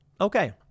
Okay